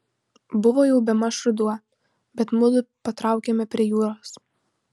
buvo jau bemaž ruduo bet mudu patraukėme prie jūros